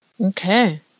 Okay